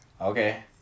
okay